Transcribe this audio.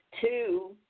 Two –